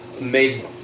made